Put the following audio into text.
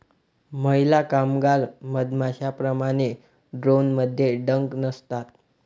महिला कामगार मधमाश्यांप्रमाणे, ड्रोनमध्ये डंक नसतात